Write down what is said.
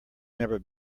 never